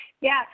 Yes